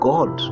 God